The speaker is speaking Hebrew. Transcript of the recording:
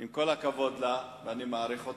עם כל הכבוד לה, ואני מעריך אותה,